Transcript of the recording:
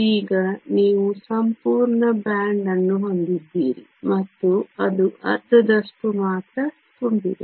ಈಗ ನೀವು ಸಂಪೂರ್ಣ ಬ್ಯಾಂಡ್ ಅನ್ನು ಹೊಂದಿದ್ದೀರಿ ಮತ್ತು ಅದು ಅರ್ಧದಷ್ಟು ಮಾತ್ರ ತುಂಬಿದೆ